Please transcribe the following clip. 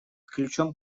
ключом